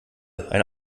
ein